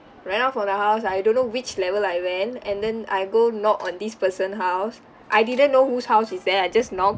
ran out from the house I don't know which level I went and then I go knock on this person house I didn't know whose house is that I just knock